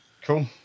Cool